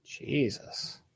Jesus